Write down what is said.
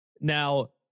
now